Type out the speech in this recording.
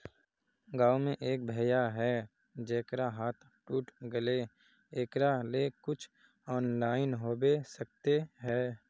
गाँव में एक भैया है जेकरा हाथ टूट गले एकरा ले कुछ ऑनलाइन होबे सकते है?